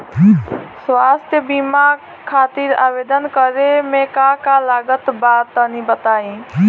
स्वास्थ्य बीमा खातिर आवेदन करे मे का का लागत बा तनि बताई?